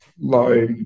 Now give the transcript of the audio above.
low